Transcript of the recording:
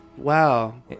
Wow